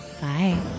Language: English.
Bye